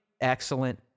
excellent